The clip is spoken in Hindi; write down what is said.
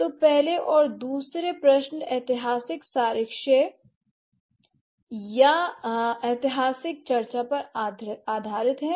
तो पहले और दूसरे प्रश्न ऐतिहासिक साक्ष्य या ऐतिहासिक चर्चा पर आधारित हैं